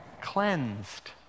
Cleansed